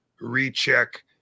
recheck